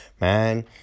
Man